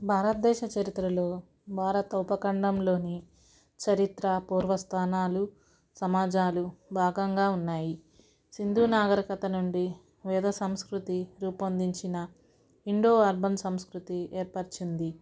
భారతదేశ చరిత్రలో భారత్ ఉపఖండంలోని చరిత్ర పూర్వస్థానాలు సమాజాలు భాగంగా ఉన్నాయి సింధు నాగరికత నుండి ఏదో సంస్కృతి రూపొందించిన రెండో అర్బన్ సంస్కృతి ఏర్పరచింది